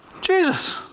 Jesus